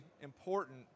important